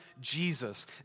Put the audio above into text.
Jesus